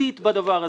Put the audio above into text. משפטית בדבר הזה.